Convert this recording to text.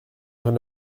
jeune